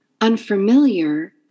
unfamiliar